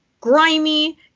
grimy